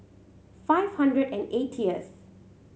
five hundred and eightieth